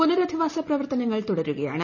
പുനരധിവാസപ്രവർത്തനങ്ങൾ തുടരുകയാണ്